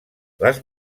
les